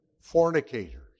fornicators